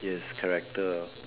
yes character